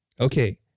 Okay